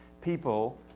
people